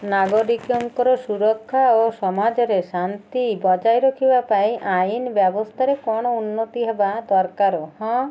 ନାଗରିକଙ୍କର ସୁରକ୍ଷା ଓ ସମାଜରେ ଶାନ୍ତି ବଜାଇ ରଖିବା ପାଇଁ ଆଇନ ବ୍ୟବସ୍ଥାରେ କ'ଣ ଉନ୍ନତି ହେବା ଦରକାର ହଁ